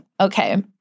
Okay